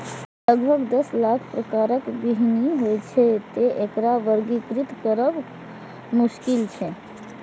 लगभग दस लाख प्रकारक बीहनि होइ छै, तें एकरा वर्गीकृत करब मोश्किल छै